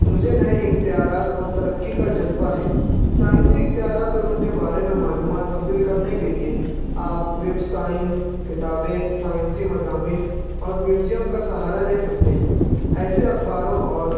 مجھے نئے اختیارات اور ترقی کا جذبہ ہے سائنسی اختیارات اور ان کے بارے میں معلومات حاصل کرنے کے لیے آپ ویب سائنس کتابیں سائنسی مضامین اور میوزیم کا سہارا لے سکتے ہیں ایسے اخباروں اور